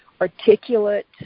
articulate